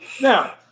Now